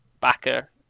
backer